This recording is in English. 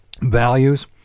values